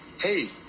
hey